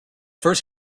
first